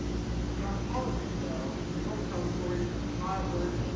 beyond politics, though, your book tells stories from your childhood,